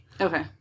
Okay